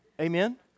Amen